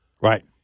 Right